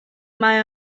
mae